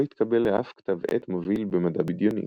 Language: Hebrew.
לא התקבל לאף כתב עת מוביל במדע בדיוני.